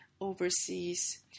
overseas